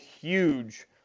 huge